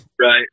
Right